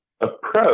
approach